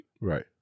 Right